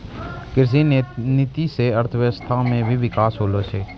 कृषि नीति से अर्थव्यबस्था मे भी बिकास होलो छै